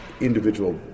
individual